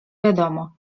wiadomo